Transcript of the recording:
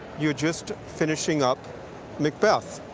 you're just finishing up macbeth.